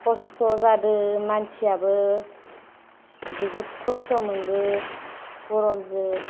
कस्थ' जादो मानसिआबो बहुत कस्थ' मोनदो गरमजो